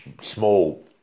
small